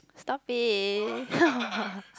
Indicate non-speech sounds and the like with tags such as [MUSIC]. stop it [LAUGHS]